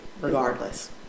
regardless